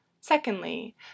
Secondly